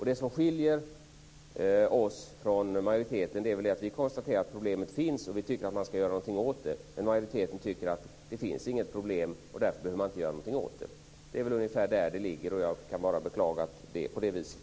Det som skiljer oss från majoriteten är att vi konstaterar att problemet finns och att vi tycker att man ska göra någonting åt det, medan majoriteten tycker att det inte finns något problem och att man därför inte behöver göra någonting åt det. Det är ungefär så det är, och jag kan bara beklaga att det är på det viset.